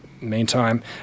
meantime